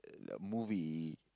uh movie